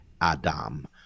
Adam